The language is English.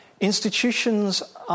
Institutions